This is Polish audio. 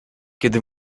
kiedy